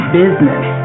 business